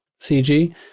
CG